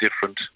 different